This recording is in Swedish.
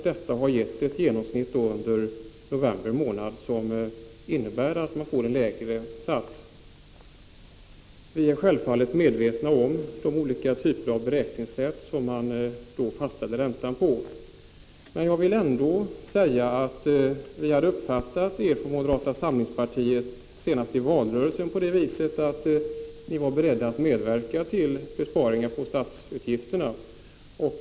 Detta har gett ett genomsnitt under november månad som innebär att man får en lägre räntesats. Vi är självfallet medvetna om de olika typer av beräkningssätt som används när räntan fastställs. Vi uppfattade er från moderata samlingspartiet, senast i valrörelsen, på det viset att ni var beredda att medverka till besparingar i statsutgifterna.